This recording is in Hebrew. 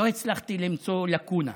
לא הצלחתי למצוא לקונה.